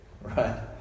right